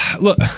Look